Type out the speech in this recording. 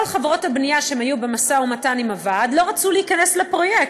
כל חברות הבנייה שהיו במשא-ומתן עם הוועד לא רצו להיכנס לפרויקט,